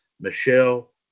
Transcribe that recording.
Michelle